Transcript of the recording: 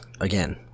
again